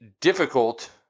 difficult